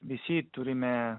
visi turime